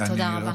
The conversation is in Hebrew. תודה רבה.